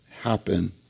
happen